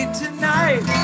tonight